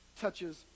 touches